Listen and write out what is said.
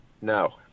No